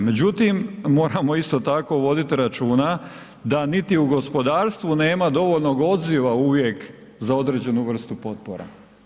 Međutim moramo isto tako vidit računa da niti u gospodarstvu nema dovoljnog odziva uvijek za određenu vrstu potpora.